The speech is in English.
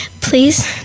please